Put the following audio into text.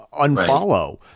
unfollow